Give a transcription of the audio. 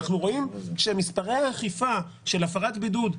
אנחנו רואים שמספרי האכיפה של הפרת בידוד,